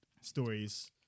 stories